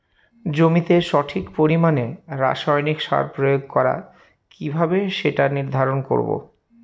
জমিতে সঠিক পরিমাণে রাসায়নিক সার প্রয়োগ করা কিভাবে সেটা নির্ধারণ করব?